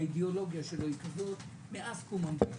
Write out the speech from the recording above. האידיאולוגיה שלו היא כזאת מאז קום המדינה.